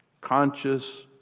conscious